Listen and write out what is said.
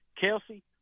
Kelsey